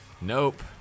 Nope